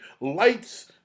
lights